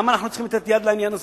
למה אנחנו צריכים לתת יד לעניין הזה?